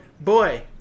boy